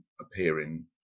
appearing